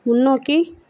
முன்னோக்கி